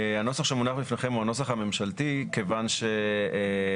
הנוסח שמונח בפניכם הוא הנוסח הממשלתי כיוון שבעקבות